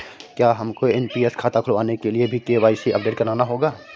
क्या हमको एन.पी.एस खाता खुलवाने के लिए भी के.वाई.सी अपडेट कराना होगा?